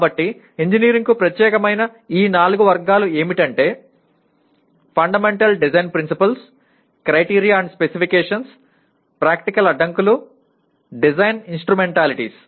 కాబట్టి ఇంజనీరింగ్కు ప్రత్యేకమైన ఈ నాలుగు వర్గాలు ఏమిటంటే fundamental design principles criteria and specifications practical అడ్డంకులు డిజైన్ ఇన్స్ట్రుమెంటాలిటీస్